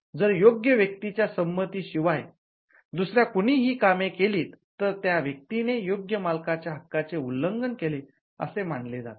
जर योग्य व्यक्तीच्या संमती शिवाय दुसऱ्या कुणी ही कामे केली तर त्या व्यक्तीने योग्य मालकाच्या हक्काचे उल्लंघन केले असे माणले जाते